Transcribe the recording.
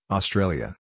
Australia